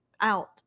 out